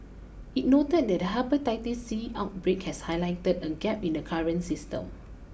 it noted that the Hepatitis C outbreak has highlighted a gap in the current system